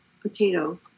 potato